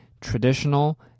traditional